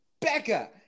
Becca